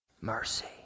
Mercy